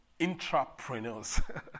intrapreneurs